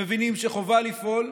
מבינים שחובה לפעול,